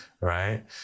Right